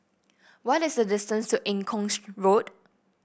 what is the distance to Eng Kong Road